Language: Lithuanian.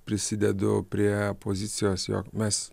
prisidedu prie pozicijos jog mes